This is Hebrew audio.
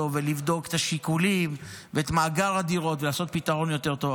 ולבדוק שיקולים ואת מאגר הדירות ולעשות פתרון יותר טוב,